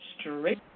straight